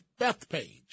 Bethpage